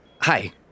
Hi